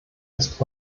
ist